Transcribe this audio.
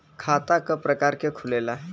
खाता क प्रकार के खुलेला?